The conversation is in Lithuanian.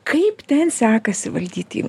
kaip ten sekasi valdyti